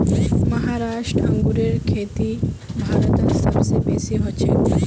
महाराष्ट्र अंगूरेर खेती भारतत सब स बेसी हछेक